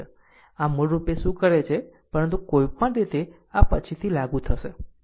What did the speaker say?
આમ મૂળ રૂપે શું કરે છે પરંતુ કોઈપણ રીતે આ પછીથી લાગુ થશે